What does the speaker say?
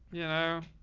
you know,